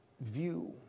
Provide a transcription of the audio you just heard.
view